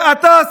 ואתה,